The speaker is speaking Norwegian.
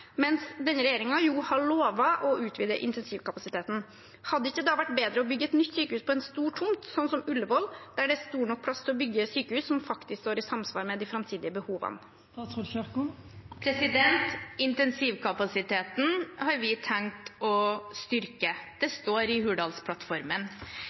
har lovet å utvide intensivkapasiteten. Hadde det ikke da vært bedre å bygge et nytt sykehus på en stor tomt, som Ullevål, der det er stor nok plass til å bygge et sykehus som faktisk står i samsvar med de framtidige behovene? Intensivkapasiteten har vi tenkt å styrke.